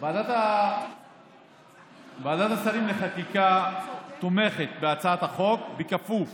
ועדת השרים לחקיקה תומכת בהצעת החוק, בכפוף